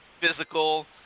physical